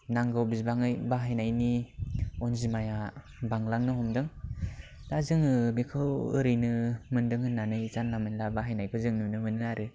नांगौ बिबाङै बाहायनायनि अनजिमाया बांलांनो हमदों दा जोङो बेखौ ओरैनो मोनदों होननानै जानला मानला बाहायनायखौ जोङो नुनो मोनो आरो